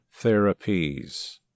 therapies